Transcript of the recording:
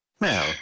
Now